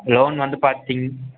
loan வந்து பாத்திங்க